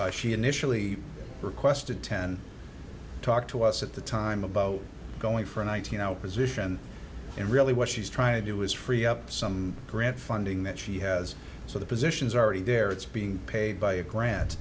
she initially requested ten talked to us at the time about going from one thousand now position and really what she's trying to do is free up some grant funding that she has so the positions are already there it's being paid by a grant